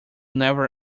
never